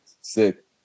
sick